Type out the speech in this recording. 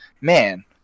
man